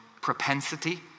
propensity